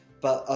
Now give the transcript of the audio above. but,